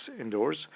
indoors